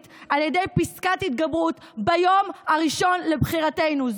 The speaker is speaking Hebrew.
על ידי פסקת התגברות ביום הראשון לבחירתנו.